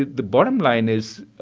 the bottom line is,